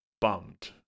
bummed